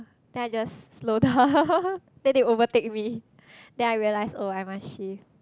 then I just slow down then they overtake me then I realize oh I must shift